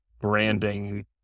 branding